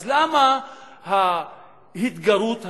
אז למה ההתגרות הזאת?